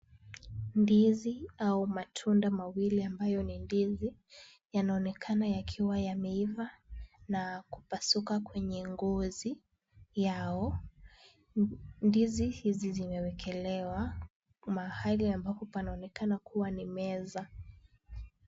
Ndizi au matunda mawili ambayo ni ndizi, yanaonekana yakiwa yameiva na kupasuka kwenye ngozi yao. Ndizi hizi zimewekelewa mahali ambapo panaonekana kuwa ni meza.